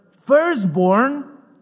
firstborn